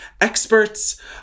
experts